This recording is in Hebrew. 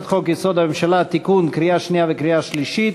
חוק-יסוד: הממשלה (תיקון) לקריאה שנייה וקריאה שלישית,